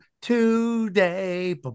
today